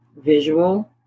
visual